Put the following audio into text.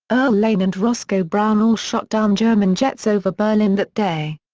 earl lane and roscoe brown all shot down german jets over berlin that day.